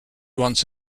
once